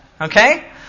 Okay